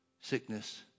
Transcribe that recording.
sickness